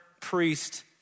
priest